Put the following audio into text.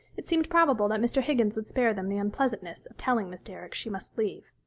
it seemed probable that mr. higgins would spare them the unpleasantness of telling miss derrick she must leave.